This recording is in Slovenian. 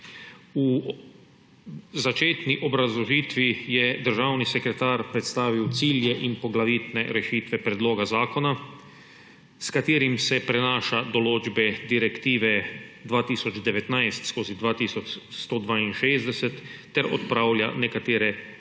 V uvodni obrazložitvi je državni sekretar predstavil cilje in poglavitne rešitve predloga zakona, s katerimi se prenaša določbe Direktive 2019/2162 ter odpravlja nekatere